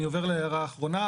אני עובר להערה האחרונה.